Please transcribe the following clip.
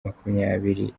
makumyabiri